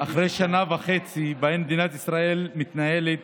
אחרי שנה וחצי שבהן מדינת ישראל מתנהלת